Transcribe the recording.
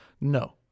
No